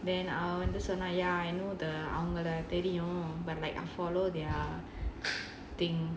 then அவ வந்து சொன்னா:ava vandhu sonnaa yeah I know the அவங்கள தெரியும்:avangala theriyum but like I follow their thing